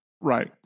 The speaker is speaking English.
Right